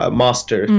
master